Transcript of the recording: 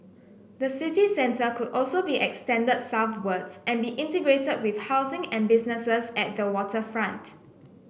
the city centre could also be extended southwards and be integrated with housing and businesses at the waterfront